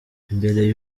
imbere